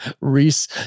Reese